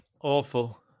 Awful